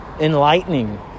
enlightening